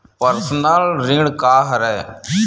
Personal ऋण का हरय?